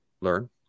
learn